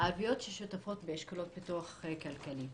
הערביות ששותפות באשכולות פיתוח כלכלי.